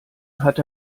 hat